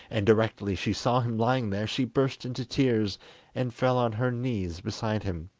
and directly she saw him lying there, she burst into tears and fell on her knees beside him.